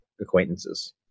acquaintances